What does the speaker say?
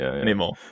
anymore